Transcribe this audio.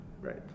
Right